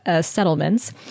settlements